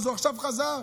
אז עכשיו הוא חזר,